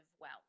wealth